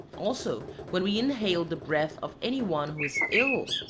also, when we inhale the breath of any one who is ill,